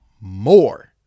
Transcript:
more